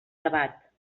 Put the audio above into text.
debat